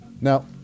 Now